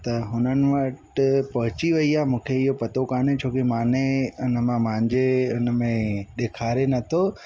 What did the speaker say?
त हुननि वटि पहुची वई आहे मूंखे इहो पतो काने छो कि माने उनमां मुंहिंजे उनमें ॾेखारे न थो